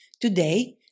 Today